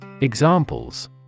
Examples